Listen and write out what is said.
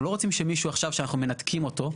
אנחנו לא רוצים מישהו שעכשיו אנחנו מנתקים אותו,